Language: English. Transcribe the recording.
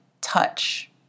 touch